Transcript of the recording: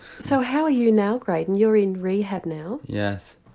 so how are you now grayden, you're in rehab now. yes,